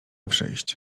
przyjść